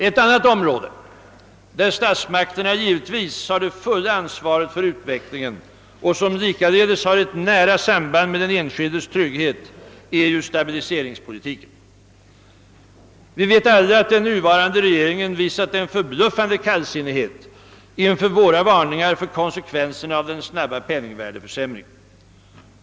Ett annat område, där statsmakterna givetvis har det fulla ansvaret för utvecklingen och som likaledes har ett nära samband med den enskildes trygghet, är ju stabiliseringspolitiken. Vi vet alla att den nuvarande regeringen visat en förbluffande kallsinnighet inför våra varningar för konsekvensen av den snabba penningvärdeförsämringen.